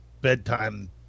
bedtime